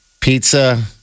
Pizza